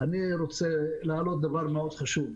אני רוצה להעלות דבר מאוד חשוב.